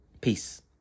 Peace